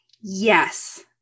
yes